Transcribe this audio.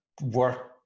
work